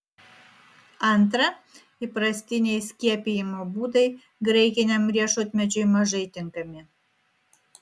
antra įprastiniai skiepijimo būdai graikiniam riešutmedžiui mažai tinkami